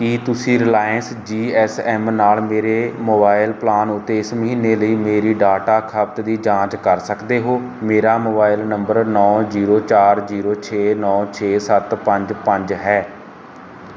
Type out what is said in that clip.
ਕੀ ਤੁਸੀਂ Reliance G S M ਨਾਲ ਮੇਰੇ ਮੋਬਾਈਲ ਪਲਾਨ ਉੱਤੇ ਇਸ ਮਹੀਨੇ ਲਈ ਮੇਰੀ ਡਾਟਾ ਖਪਤ ਦੀ ਜਾਂਚ ਕਰ ਸਕਦੇ ਹੋ ਮੇਰਾ ਮੋਬਾਈਲ ਨੰਬਰ ਨੌਂ ਜੀਰੋ ਚਾਰ ਜੀਰੋ ਛੇ ਨੌਂ ਛੇ ਸੱਤ ਪੰਜ ਪੰਜ ਹੈ